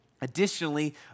Additionally